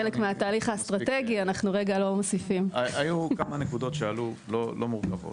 היו כמה נקודות שעלו, לא מורכבות.